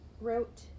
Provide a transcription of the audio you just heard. wrote